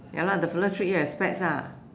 ya lah the fellow treat you as fats ah